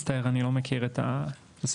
מצטער, אני לא מכיר את הסוגייה.